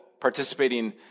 participating